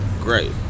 great